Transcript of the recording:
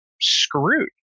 screwed